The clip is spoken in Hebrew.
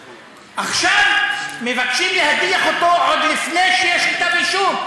עכשיו מבקשים להדיח אותו עוד לפני שיש כתב אישום.